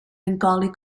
bengali